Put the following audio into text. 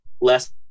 less